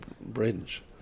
Bridge